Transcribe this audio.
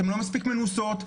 אתן לא מספיק מנוסות.